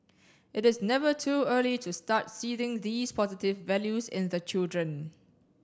it is never too early to start seeding these positive values in the children